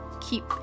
Keep